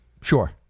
sure